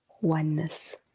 oneness